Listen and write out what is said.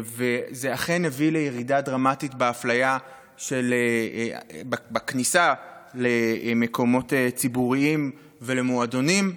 וזה אכן הביא לירידה דרמטית באפליה בכניסה למקומות ציבוריים ולמועדונים.